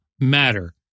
Matter